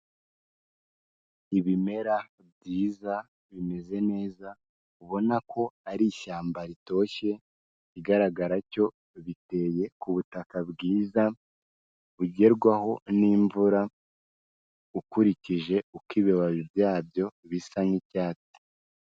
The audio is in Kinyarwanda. Ibimera byiza, bimeze neza, ubona ko ari ishyamba ritoshye, ikigaragara cyo biteye ku butaka bwiza, bugerwaho n'imvura, ukurikije uko ibibabi byabyo bisa n'icyatsi.